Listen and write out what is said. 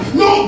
no